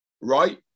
right